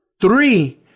three